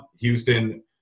Houston